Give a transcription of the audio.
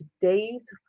today's